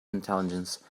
intelligence